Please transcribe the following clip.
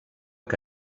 que